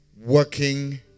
working